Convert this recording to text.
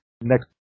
next